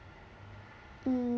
mm